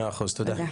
מאה אחוז, תודה.